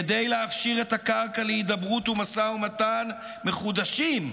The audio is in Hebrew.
כדי להפשיר את הקרקע להידברות ומשא ומתן מחודשים,